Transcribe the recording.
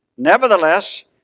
Nevertheless